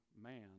man